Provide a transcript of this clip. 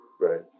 right